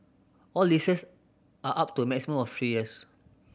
all leases are up to a maximum of three years